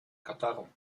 катару